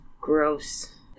gross